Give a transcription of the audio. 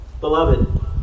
Beloved